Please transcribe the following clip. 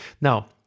Now